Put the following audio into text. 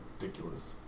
ridiculous